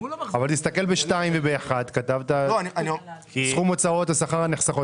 אבל בפסקאות (1) ו-(2) כתוב "סכום הוצאות השכר הנחסכות,